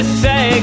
say